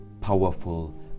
powerful